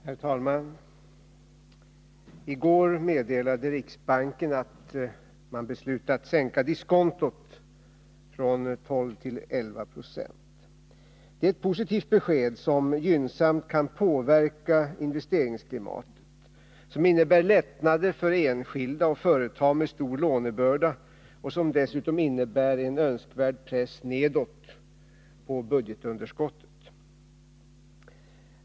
Herr talman! I går meddelade riksbanken att man beslutat sänka diskontot från 12 till 11 20. Det är ett positivt besked som gynnsamt kan påverka investeringsklimatet, som innebär lättnader för enskilda och företag med stor lånebörda och som dessutom innebär en önskvärd press nedåt på budgetunderskottet.